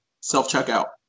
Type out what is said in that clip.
self-checkout